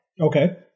Okay